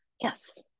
yes